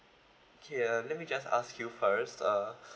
okay uh let me just ask you first uh